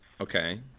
Okay